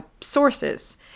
sources